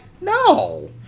no